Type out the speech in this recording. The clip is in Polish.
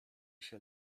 się